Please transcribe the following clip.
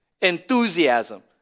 enthusiasm